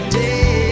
day